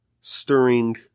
stirring